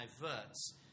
diverts